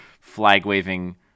flag-waving